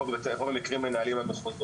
את רוב המקרים מנהלים המחוזות